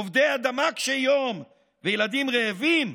עובדי אדמה קשי יום וילדים רעבים?